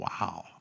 wow